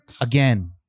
again